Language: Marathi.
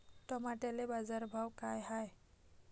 टमाट्याले बाजारभाव काय हाय?